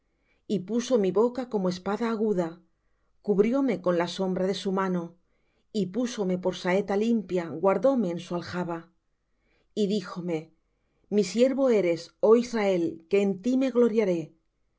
y puso mi boca como espada aguda cubrióme con la sombra de su mano y púsome por saeta limpia guardóme en su aljaba y díjome mi siervo eres oh israel que en ti me gloriaré